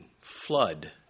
flood